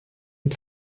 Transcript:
und